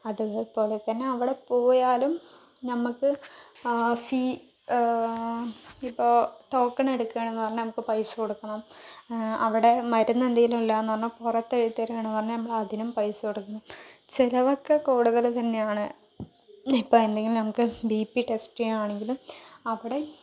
അതുപോലെതന്നെ അവിടെ പോയാലും നമുക്ക് ഫീ ഇപ്പോൾ ടോക്കൺ എടുക്കണമെന്ന് പറഞ്ഞാൽ നമുക്ക് പൈസ കൊടുക്കണം അവിടെ മരുന്നെന്തെങ്കിലും ഇല്ലയെന്ന് പറഞ്ഞാൽ പുറത്ത് എഴുതിത്തരും ആണ് പറഞ്ഞാൽ നമ്മളതിനും പൈസ കൊടുക്കണം ചിലവൊക്കെ കൂടുതൽ തന്നെയാണ് ഇപ്പോൾ എന്തെങ്കിലും നമുക്ക് ബി പി ടെസ്റ്റ് ചെയ്യുകയാണെങ്കിലും അവിടെ